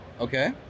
Okay